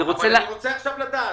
אני מבקש לדעת,